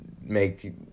make